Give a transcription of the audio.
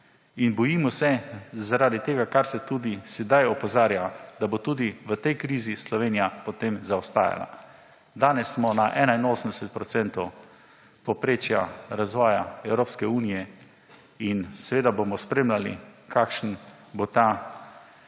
Bojimo se zaradi tega, kar se tudi sedaj opozarja, da bo tudi v tej krizi Slovenija potem zaostajala. Danes smo na 81 procentih povprečja razvoja Evropske unije in seveda bomo spremljali, kakšen bo ta